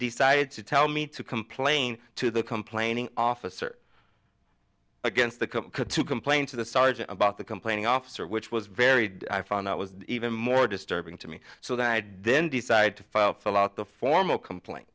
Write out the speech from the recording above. decided to tell me to complain to the complaining officer against the crooked to complain to the sergeant about the complaining officer which was very i found out was even more disturbing to me so that i had then decided to file fill out the formal complaint